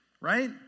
right